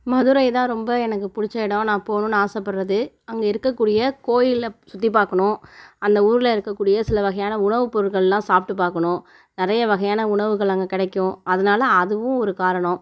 மதுரை தான் ரொம்ப எனக்கு புடிச்ச இடம் நான் போனும்ன்னு ஆசைப்படுறது அங்கே இருக்கக்கூடிய கோயிலை சுற்றி பார்க்குணும் அந்த ஊரில் இருக்கக்கூடிய சில வகையான உணவுப்பொருட்கள்லா சாப்பிட்டு பார்க்குணும் நிறையா வகையான உணவுகள் அங்கே கிடைக்கும் அதனால் அதுவும் ஒரு காரணம்